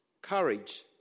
Courage